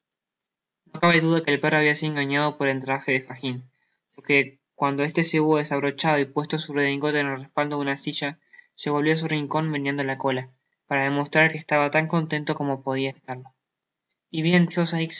no cabe duda do que el perro habia sitio engañado por el iraje de fagin porque en cuanto este se hubo desabrochado y puesto su redingote en el respaldo de una silla se volvió á su rincon meneando la cola para demostrar que estaba lan contento como podia estarlo y bien